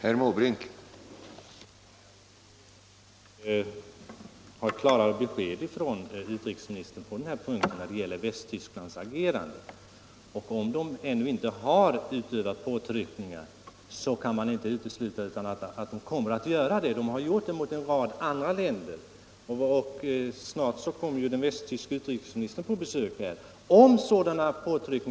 Som framgått av dagspressen har Eriksbergs varv svårigheter att klara framtida sysselsättning. Genom otillräckliga investeringar har gjorda beställningar vid varvet inte kunnat fullföljas. Varvsledningen har funnit det lönsammare att annullera ingångna kontrakt i stället för att investera i ombyggnad för att modernisera varvet och därmed kunna fullfölja de ingångna kontrakten.